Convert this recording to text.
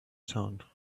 sound